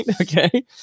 Okay